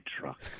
truck